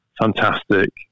fantastic